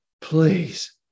Please